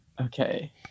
Okay